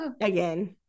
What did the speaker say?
again